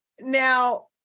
Now